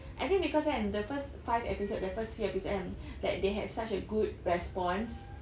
I think because kan the first five episodes the first few episodes kan that they had such a good response